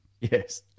Yes